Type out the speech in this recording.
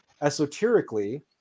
Esoterically